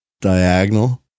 Diagonal